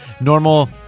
normal